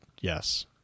yes